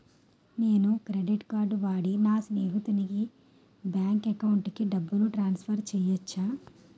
నేను credit card వాడి నా స్నేహితుని బ్యాంక్ అకౌంట్ కి డబ్బును ట్రాన్సఫర్ చేయచ్చా?